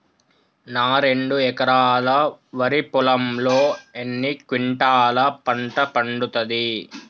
నా రెండు ఎకరాల వరి పొలంలో ఎన్ని క్వింటాలా పంట పండుతది?